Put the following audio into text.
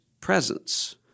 presence